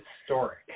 Historic